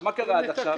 עכשיו, מה קרה עד עכשיו?